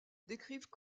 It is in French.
décrivent